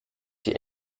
die